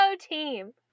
team